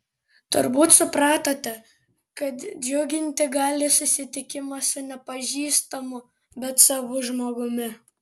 turbūt supratote kad džiuginti gali susitikimas su nepažįstamu bet savu žmogumi